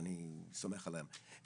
ואני סומך עליהם.